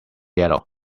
yellow